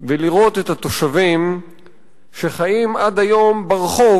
ולראות את התושבים שחיים עד היום ברחוב,